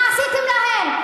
מה עשיתם להם?